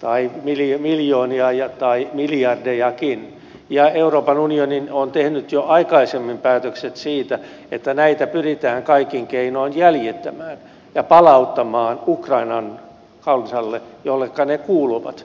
tai miljoonia tai miljardejakin ja euroopan unioni on tehnyt jo aikaisemmin päätökset siitä että näitä pyritään kaikin keinoin jäljittämään ja palauttamaan ukrainan kansalle jolleka ne kuuluvat